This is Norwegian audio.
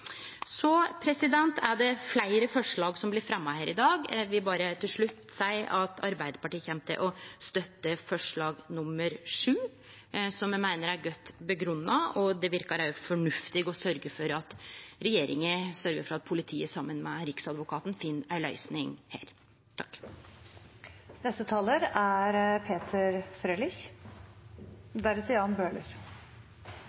er det fleire forslag som blir fremja her i dag. Eg vil berre til slutt seie at Arbeidarpartiet kjem til å støtte forslag nr. 7, som me meiner er godt grunngjeve. Det verkar fornuftig å be regjeringa sørgje for at politiet saman med Riksadvokaten finn ei løysing her.